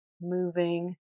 moving